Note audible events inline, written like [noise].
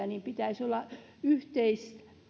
[unintelligible] niin pitäisi olla yhteistä